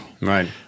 Right